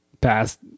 past